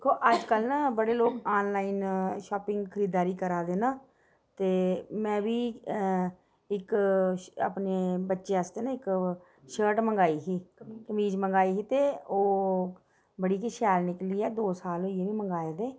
दिक्खो अज्जकल ना बड़े लोक ना आनलाइन शॉपिंग खरीदारी करा दे न ते में बी इक अपनी बच्चें आस्तै न इक शर्ट मंगाई ही कमीज़ मंगाई ही ते ओह् बड़ी गै शैल निकली ऐ दो साल होई गे मी मंगाए दे